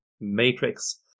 Matrix